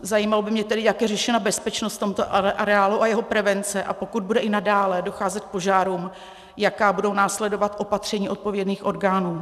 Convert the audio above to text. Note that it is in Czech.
Zajímalo by mě tedy, jak je řešena bezpečnost v tomto areálu a jeho prevence, a pokud bude i nadále docházet k požárům, jaká budou následovat opatření odpovědných orgánů.